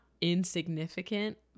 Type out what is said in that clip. insignificant